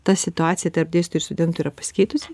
ta situacija tarp dėstytojų ir studentų yra pasikeitusi